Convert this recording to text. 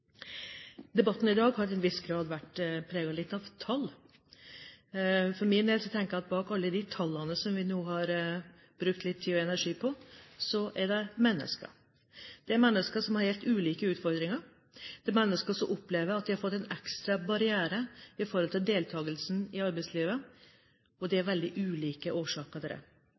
Debatten i dag har til en viss grad vært preget av tall. For min del tenker jeg at bak alle de tallene som vi nå har brukt litt tid og energi på, er det mennesker. Det er mennesker som har helt ulike utfordringer. Det er mennesker som opplever at de har fått en ekstra barriere i forhold til deltagelsen i arbeidslivet, og det er veldig ulike årsaker til det. Det er